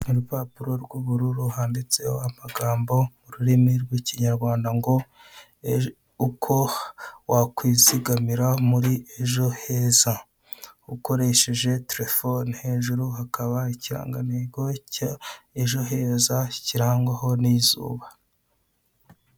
Urupapuro rw'ubururu handitseho amagambo mu rurimi rw'ikinyarwanda ngo uko wakwizigamira muri ejo heza ukoresheje terefone. Hejuru hakaba ikirangantego cya ejo heza kirangwaho n'izuba.